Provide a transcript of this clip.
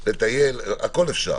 לטייל, הכול אפשר,